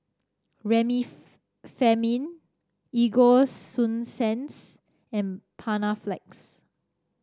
Remifemin Ego Sunsense and Panaflex